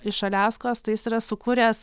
iš aliaskos tai jis yra sukūręs